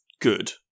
good